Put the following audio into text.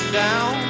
down